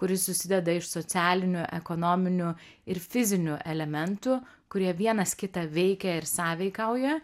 kuris susideda iš socialinių ekonominių ir fizinių elementų kurie vienas kitą veikia ir sąveikauja